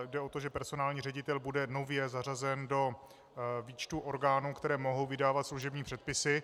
Jde o to, že personální ředitel bude nově zařazen do výčtu orgánů, které mohou vydávat služební předpisy.